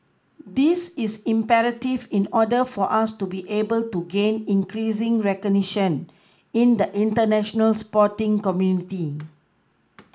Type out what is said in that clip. this is imperative in order for us to be able to gain increasing recognition in the international sporting community